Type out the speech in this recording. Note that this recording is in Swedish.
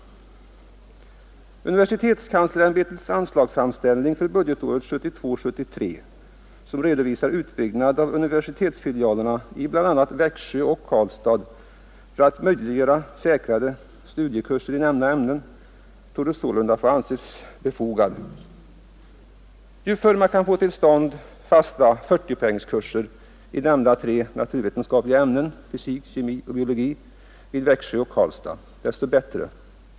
Universitetskanslersämbetets anslagsframställning för budgetåret 1972/73, som redovisar utbyggnad av universitetsfilialerna i bl.a. Växjö och Karlstad för att möjliggöra säkrare studiekurser i nämnda ämnen, torde sålunda få anses befogad. Ju förr man kan få till stånd fasta 40-poängskurser i nämnda tre naturvetenskapliga ämnen — fysik, kemi och biologi — i Växjö och Karlstad, desto bättre.